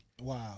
Wow